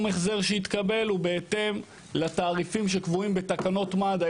ההחזר שיתקבל הוא בהתאם לתעריפים שקבועים בתקנות מד"א.